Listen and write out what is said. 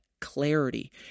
clarity